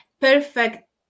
perfect